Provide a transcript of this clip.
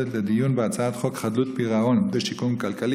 לדיון בהצעת חוק חדלות פירעון ושיקום כלכלי